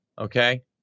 Okay